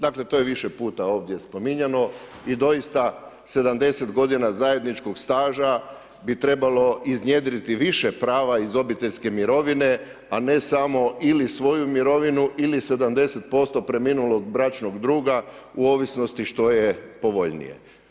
Dakle to je više puta ovdje spominjano i doista 70 godina zajedničkog staža bi trebalo iznjedriti više prava iz obiteljske mirovine a ne samo ili svoju mirovinu ili 70% preminulog bračnog druga u ovisnosti što je povoljnije.